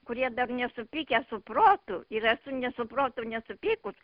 kurie dar nesupykę su protu ir aš su ne su protu nesupykus